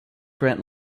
grant